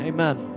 Amen